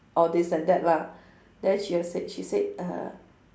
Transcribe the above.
all this and that lah then she will said she said err